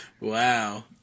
Wow